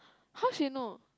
how she know